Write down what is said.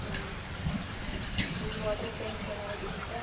ಹ್ಞೂ ಈ water pens ಏನಾದರೂ ಬೇಕಿತ್ತಾ